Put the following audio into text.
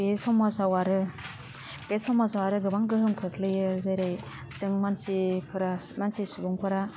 बे समाजाव आरो बे समाजाव आरो गोबां गोहोम खोख्लैयो जेरै जों मानसिफोरा मानसि सुबुंफोरा